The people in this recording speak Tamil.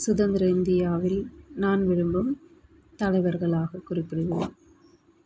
சுதந்திர இந்தியாவில் நான் விரும்பும் தலைவர்களாக குறிப்பிடுவேன்